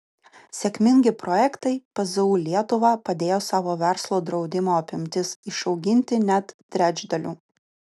sėkmingi projektai pzu lietuva padėjo savo verslo draudimo apimtis išauginti net trečdaliu